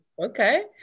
okay